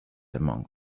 among